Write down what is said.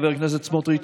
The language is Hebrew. חבר הכנסת סמוטריץ',